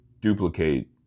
duplicate